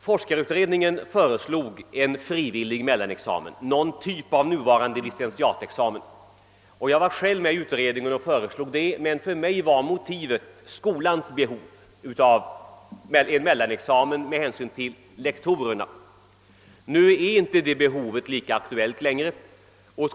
Forskarutredningen föreslog en frivillig mellanexamen av samma typ som den nuvarande licentiatexamen. Jag var själv med i utredningen och föreslog det, men för mig var motivet skolans behov av en mellanexamen med hänsyn till lektorerna. Nu är det behovet inte längre lika aktuellt.